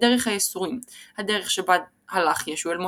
ודרך הייסורים – הדרך שבה הלך ישו אל מותו,